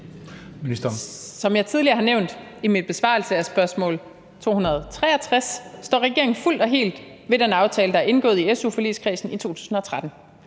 Som jeg tidligere har nævnt i min besvarelse af spørgsmål 263, står regeringen fuldt og helt ved den aftale, der er indgået i su-forligskredsen i 2013.